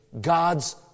God's